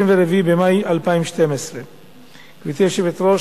24 במאי 2012. גברתי היושבת-ראש,